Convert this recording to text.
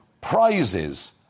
prizes